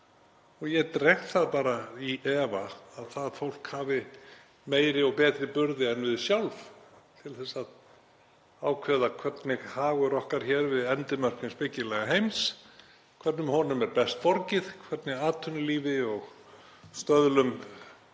Ég dreg það bara í efa að það fólk hafi meiri og betri burði en við sjálf til að ákveða hvernig hag okkar hér við endimörk hins byggilega heims er best borgið, hvernig atvinnulífi og stöðlum